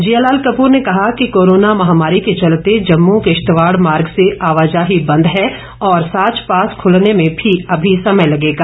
जियालाल कपूर ने कहा कि ्कोरोना महामारी के चलते जम्मू किश्तवाड़ मार्ग से आवाजाही बंद है और साच पास खुलने में भी अभी समय लगेगा